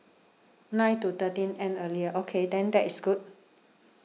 nine to thirteen end earlier okay then that is good